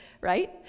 right